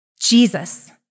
Jesus